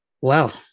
Wow